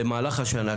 במהלך השנה,